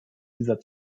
dieser